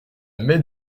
met